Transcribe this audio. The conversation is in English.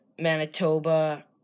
Manitoba